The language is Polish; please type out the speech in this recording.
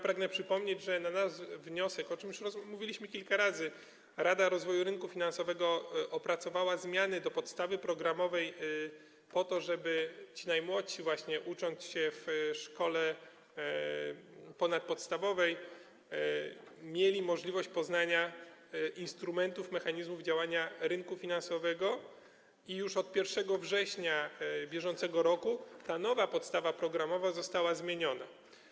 Pragnę przypomnieć, że na nasz wniosek, o czym już mówiliśmy kilka razy, Rada Rozwoju Rynku Finansowego opracowała zmiany do podstawy programowej, po to żeby właśnie ci najmłodsi, ucząc się w szkole ponadpodstawowej, mieli możliwość poznania instrumentów, mechanizmów działania rynku finansowego, i już od 1 września br. ta nowa podstawa programowa została zmieniona.